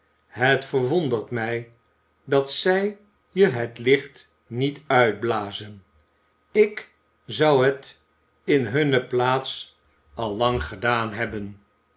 het verwondert mij dat zij je het licht niet uitblazen ik zou het in hunne plaats al lang gedaan hebben